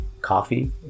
coffee